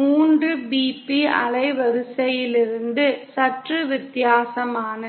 3bp அலைவரிசையிலிருந்து சற்று வித்தியாசமானது